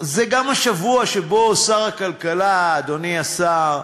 זה גם השבוע שבו שר הכלכלה, אדוני השר,